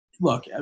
look